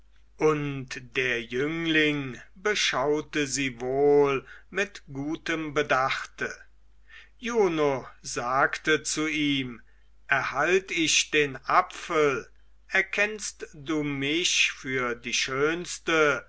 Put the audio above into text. und der jüngling beschaute sie wohl mit gutem bedachte juno sagte zu ihm erhalt ich den apfel erkennst du mich für die schönste